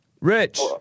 rich